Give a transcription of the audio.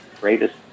greatest